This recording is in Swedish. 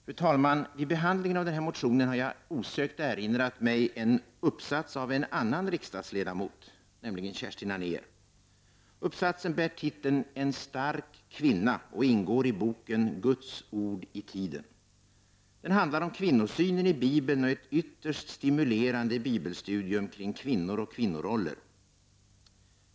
Fru talman! Vid behandlingen av den här motionen har jag osökt erinrat mig en uppsats av en annan riksdagsledamot, nämligen Kerstin Anér. Uppsatsen bär titeln ”En stark kvinna” och ingår i boken ”Guds ord i tiden”. Den handlar om kvinnosynen i Bibeln och är ett ytterst stimulerande bibelstudium kring kvinnor och kvinnoroller.